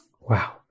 Wow